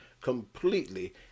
completely